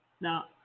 Now